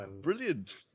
Brilliant